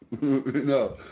No